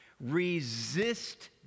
Resist